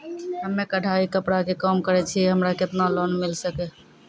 हम्मे कढ़ाई कपड़ा के काम करे छियै, हमरा केतना लोन मिले सकते?